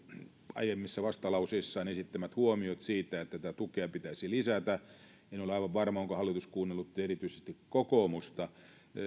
aiemmissa vastalauseissaan esittämät huomiot siitä että tätä tukea pitäisi lisätä en ole aivan varma onko hallitus kuunnellut erityisesti kokoomusta